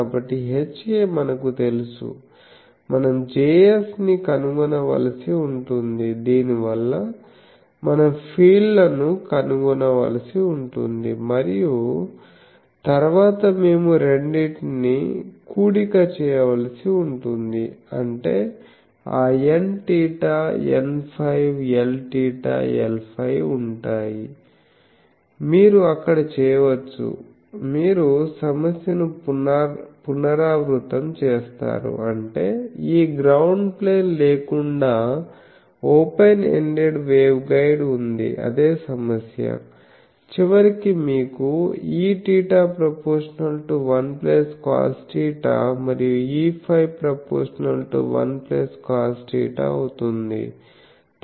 కాబట్టి Ha మనకు తెలుసు మనం Js ని కనుగొనవలసి ఉంటుంది దీనివల్ల మనం ఫీల్డ్ ల ను కనుగొనవలసి ఉంటుంది మరియు తరువాత మేము రెండింటినీ కూడిక చేయవలసి ఉంటుంది అంటే ఆ nθ nφ Lθ Lφ ఉంటాయి మీరు అక్కడ చేయవచ్చు మీరు సమస్యను పునరావృతం చేస్తారు అంటే ఈ గ్రౌండ్ ప్లేన్ లేకుండా ఓపెన్ ఎండెడ్ వేవ్ గైడ్ ఉంది అదే సమస్య చివరికి మీకు Eθ ∝1cosθ మరియు E φ ∝1cosθ అవుతుంది తద్వారా మీరు చేయవచ్చు